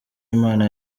impano